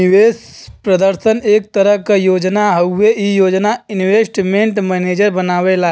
निवेश प्रदर्शन एक तरह क योजना हउवे ई योजना इन्वेस्टमेंट मैनेजर बनावेला